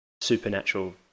supernatural